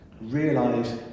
realise